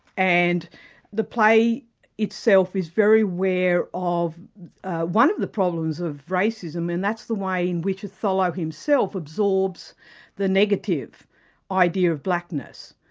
and the play itself is very aware of one of the problems of racism, and that's the way in which othello himself absorbs the negative idea of blackness.